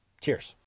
Cheers